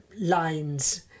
lines